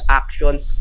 actions